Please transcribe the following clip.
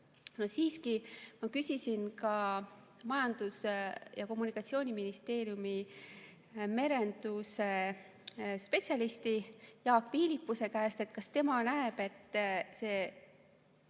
Siiski ma küsisin ka Majandus‑ ja Kommunikatsiooniministeeriumi merendusspetsialisti Jaak Viilipuse käest, kas tema näeb, et see